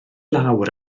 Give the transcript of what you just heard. lawr